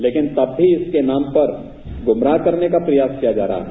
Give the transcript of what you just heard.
लेकिन तब भी इसके नाम पर गुमराह करने का प्रयास किया जा रहा है